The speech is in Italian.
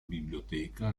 biblioteca